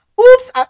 Oops